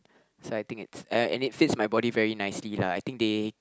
so I think it's uh and it fits my body very nicely lah I think they